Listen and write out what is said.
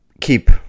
keep